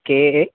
K A